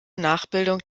nachbildung